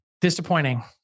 Disappointing